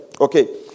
Okay